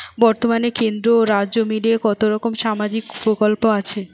বতর্মানে কেন্দ্র ও রাজ্য মিলিয়ে কতরকম সামাজিক প্রকল্প আছে?